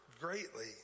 greatly